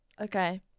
okay